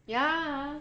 ya